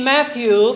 Matthew